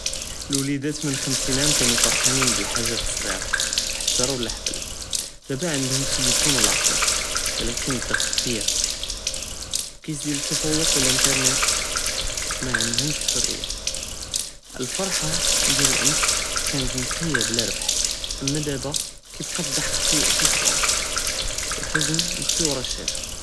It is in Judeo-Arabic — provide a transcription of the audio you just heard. לולידאת מן חמסטין עאם קאנו פרחאנין בלהאג'את א-ס'עירה, حجر וולה אלחבל, ולקין דבא ענדהם טלפון ולפטופ, ולקין א-ד'غط כביר, קייזיד אלתפוק ואלאינטרנט מאעندהם אלחריה, אלפרחה דיאל אמס קנת נקיה בלא רבח אמה דבא קיבקה אד'דחכ פי א-ס'غر ואלחזן מכפי ורא אלשאשה.